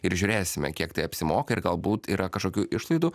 ir žiūrėsime kiek tai apsimoka ir galbūt yra kažkokių išlaidų